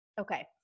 Okay